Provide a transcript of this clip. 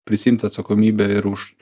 prisiimt atsakomybę ir už